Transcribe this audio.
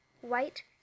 white